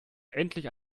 endlich